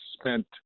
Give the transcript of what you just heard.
spent